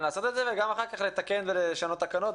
לעשות את זה וגם אחר כך לתקן ולשנות תקנות,